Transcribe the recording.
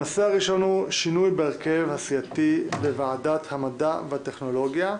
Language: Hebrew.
הנושא הראשון הוא: - שינוי בהרכב הסיעתי בוועדת המדע והטכנולוגיה.